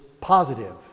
positive